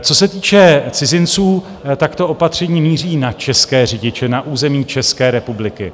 Co se týče cizinců, tak to opatření míří na české řidiče na území České republiky.